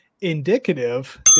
indicative